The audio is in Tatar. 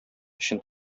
өчен